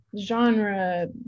genre